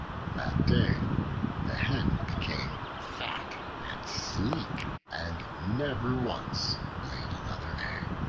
from that day the hen became fat and sleek, and never once laid another.